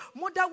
mother